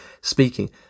speaking